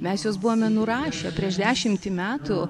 mes juos buvome nurašę prieš dešimtį metų